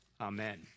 Amen